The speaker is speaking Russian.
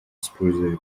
используя